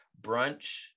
brunch